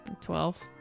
Twelve